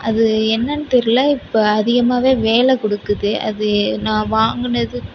அது என்னன்னு தெரில இப்போ அதிகமாகவே வேலை கொடுக்குது அது நான் வாங்கினது